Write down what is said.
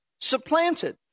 supplanted